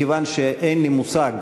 מכיוון שאין לי מושג